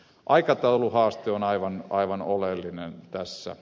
aikatauluhaaste on aivan oleellinen tässä